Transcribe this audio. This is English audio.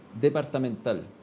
Departamental